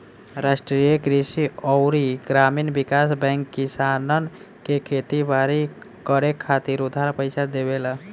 राष्ट्रीय कृषि अउरी ग्रामीण विकास बैंक किसानन के खेती बारी करे खातिर उधार पईसा देवेला